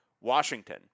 Washington